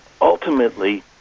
Ultimately